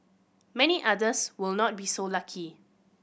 many others will not be so lucky